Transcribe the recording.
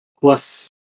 Plus